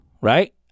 right